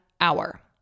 hour